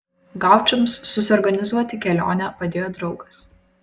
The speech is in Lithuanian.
gaučams susiorganizuoti kelionę padėjo draugas